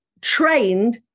trained